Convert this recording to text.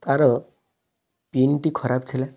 ତାର ପିନଟି ଖରାପ ଥିଲା